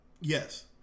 Yes